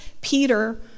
Peter